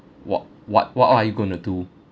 what what what are you going to do